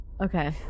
Okay